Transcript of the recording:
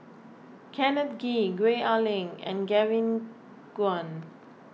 Kenneth Kee Gwee Ah Leng and Kevin Kwan